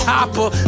Hopper